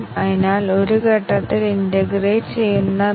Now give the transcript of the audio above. അതിനാൽ അതാണ് ഇവിടെ പ്രധാന ആശയം